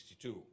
1962